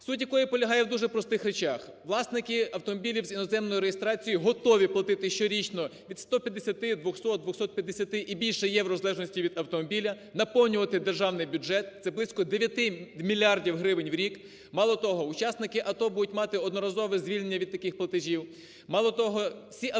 суть якої полягає у дуже простих речах: власники автомобілів з іноземною реєстрацією готові платити щорічно від 150 до 200, 250 і більше євро в залежності від автомобіля, наповнювати Державний бюджет, це близько 9 мільярдів гривень в рік. Мало того, учасники АТО будуть мати одноразове звільнення від таких платежів,